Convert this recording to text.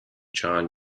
john